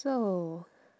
so